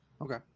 Okay